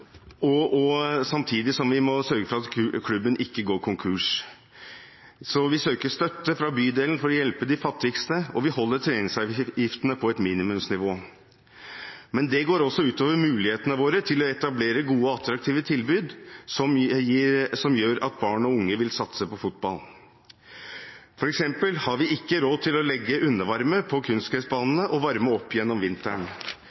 samtidig som vi må sørge for at klubben ikke går konkurs. Vi søker støtte fra bydelen for å hjelpe de fattigste, og vi holder treningsavgiftene på et minimumsnivå. Men det går også ut over mulighetene våre til å etablere gode og attraktive tilbud, som gjør at barn og unge vil satse på fotball. For eksempel har vi ikke råd til å legge undervarme på kunstgressbanene og varme dem opp gjennom vinteren.